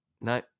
No